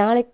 நாளைக்கு